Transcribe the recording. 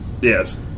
Yes